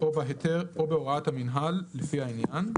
"או בהוראת המינהל, לפי העניין,"